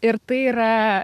ir tai yra